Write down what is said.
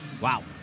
Wow